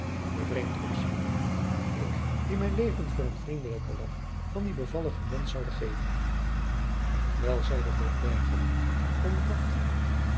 bevreemd opziende ik die mijn leven voor eenen vriendelijken lagch van dien bevalligen mond zoude geven wel zeide botbergen omdat